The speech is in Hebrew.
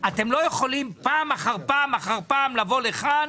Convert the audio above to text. אתם לא יכולים לבוא פעם אחר פעם לבוא לכאן,